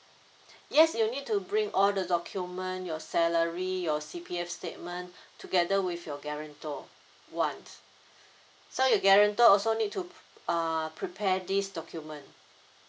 yes you need to bring all the document your salary or C_P_F statement together with your guarantor once so you guarantor also need to p~ uh prepare this document